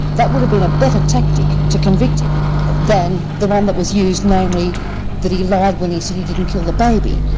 that would have been a better tactic to convict him than the one that was used, namely that he lied when he said he didn't kill the baby.